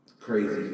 Crazy